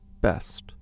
best